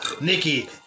Nikki